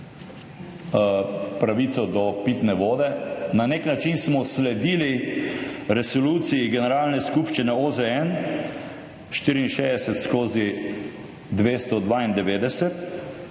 pravico do pitne vode. Na nek način smo sledili resoluciji Generalne skupščine OZN, 64/292,